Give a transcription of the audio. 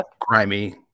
grimy